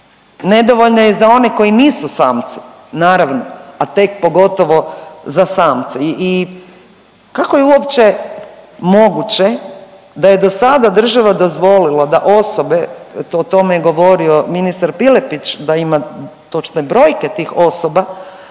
Nedovoljno je za one koji nisu samci naravno, a tek pogotovo za samce. I kako je uopće moguće da je do sada država dozvolila da osobe, o tome je govorio ministar Piletić da ima točne brojke tih osoba